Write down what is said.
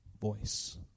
voice